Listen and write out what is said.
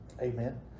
Amen